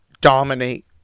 dominate